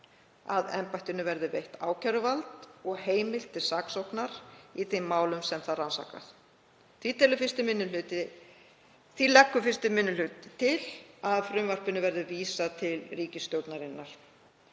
að embættinu verði veitt ákæruvald og heimild til saksóknar í þeim málum sem það rannsakar. Því leggur 1. minni hluti til að frumvarpinu verði vísað til ríkisstjórnarinnar.